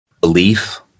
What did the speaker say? belief